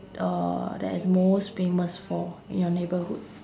uh that is most famous for in your neighbourhood